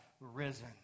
risen